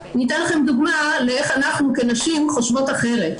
אתן לכם דוגמה איך אנחנו כנשים חושבות אחרת.